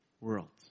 worlds